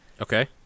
Okay